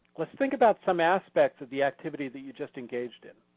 let's think about some aspects of the activity that you just engaged in.